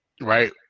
right